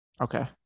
Okay